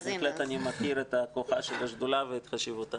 בהחלט אני מכיר את כוחה של השדולה ואת חשיבותה.